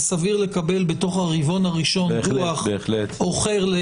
זה סביר לקבל בתוך הרבעון הראשון דוח של שנה אחורה.